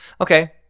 Okay